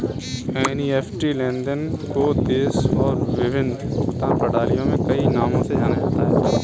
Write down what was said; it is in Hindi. एन.ई.एफ.टी लेन देन को देशों और विभिन्न भुगतान प्रणालियों में कई नामों से जाना जाता है